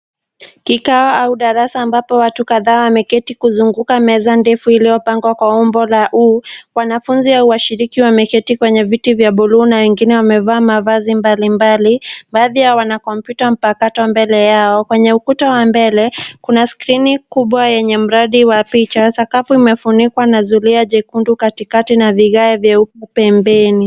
Kikao au darasa ambapo watu kadhaa wameketi kuzunguka meza ndefu iliyopangwa kwa umbo la U. Wanafunzi au washiriki wameketi kwenye viti vya bluu na wengine wamevaa mavazi mbalimbali. Baadhi yao wana kompyuta mpakato mbele yao. Kwenye ukuta wa mbele, kuna skrini kubwa yenye mradi wa picha, sakafu imefunikwa na zulia jekundu katikati na vigae vyeupe pembeni.